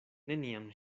neniam